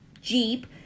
Jeep